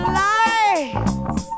lights